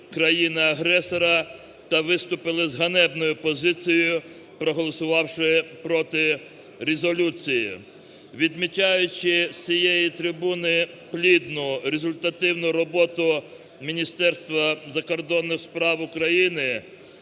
країни-агресора, та виступили з ганебною позицією, проголосувавши проти резолюції. Відмічаючи з цієї трибуни плідну, результативну роботу Міністерства закордонних справ України,